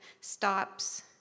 stops